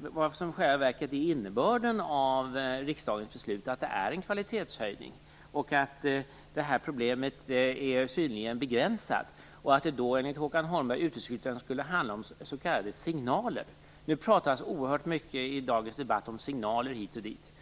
vad som i själva verket är innebörden av riksdagens beslut - att detta är en kvalitetshöjning och att problemet är synnerligen begränsat. Enligt Håkan Holmberg skulle det uteslutande handla om s.k. signaler. Det pratas i dagens debatt oerhört mycket om signaler hit och dit.